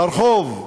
לרחוב,